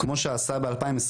כמו שעשה ב- 2022,